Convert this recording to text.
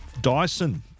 Dyson